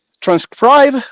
transcribe